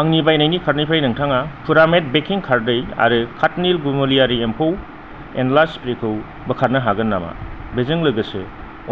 आंनि बायनायनि कार्टनिफ्राय नोंथाङा पुरामेट बेकिं खारदै आरो खाटनिल मुलियारि एमफौ एनला स्प्रेखौ बोखारनो हागोन नामा बेजों लोगोसे